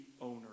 owner